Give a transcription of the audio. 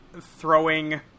throwing